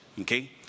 okay